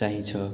चाहिन्छ